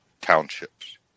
townships